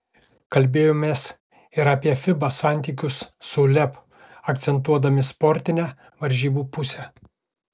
kalbėjomės ir apie fiba santykius su uleb akcentuodami sportinę varžybų pusę